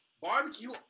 barbecue